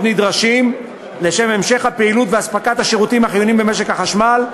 נדרשים להמשך הפעילות ואספקת השירותים החיוניים במשק החשמל.